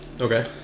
Okay